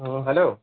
হুম hello